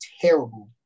terrible